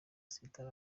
sita